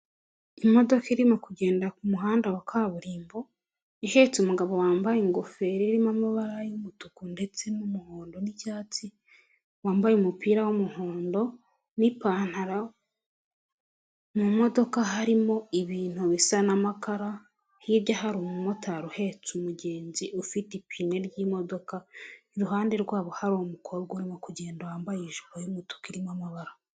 Imodoka irimo kugenda ku muhanda wa kaburimbo, ihetse umugabo wambaye ingofero irimo amabara y'umutuku ndetse n'umuhondo n'icyatsi, wambaye umupira w'umuhondo n'ipantaro, mu modoka harimo ibintu bisa n'amakara, hirya hari umumotari uhetse umugenzi ufite ipine ry'imodoka, iruhande rwabo hari umukobwa urimo kugenda wambaye ijipo y'umutuku irimo amabara.